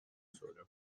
solar